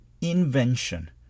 invention